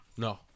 No